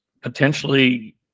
potentially